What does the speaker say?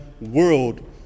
world